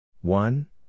One